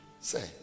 say